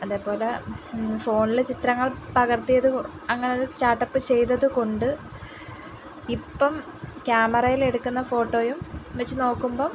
അതേപോലെ ഫോണില് ചിത്രങ്ങൾ പകർത്തിയത് അങ്ങനെയൊരു സ്റ്റാട്ടപ്പ് ചെയ്തതുകൊണ്ട് ഇപ്പോള് ക്യാമറയിലെടുക്കുന്ന ഫോട്ടോയും വെച്ച് നോക്കുമ്പോള്